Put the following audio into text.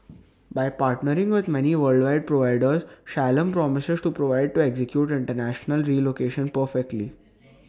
by partnering with many worldwide providers Shalom promises to provide to execute International relocation perfectly